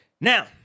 Now